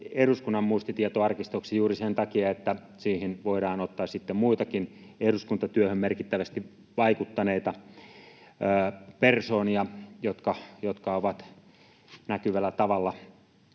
Eduskunnan muistitietoarkistoksi juuri sen takia, että siihen voidaan ottaa sitten muitakin eduskuntatyöhön merkittävästi vaikuttaneita persoonia, jotka ovat näkyvällä tavalla täällä